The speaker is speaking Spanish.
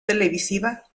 televisiva